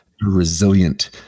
resilient